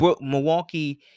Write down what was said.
Milwaukee